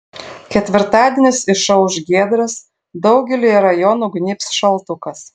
ketvirtadienis išauš giedras daugelyje rajonų gnybs šaltukas